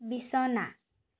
বিছনা